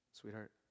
sweetheart